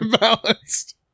balanced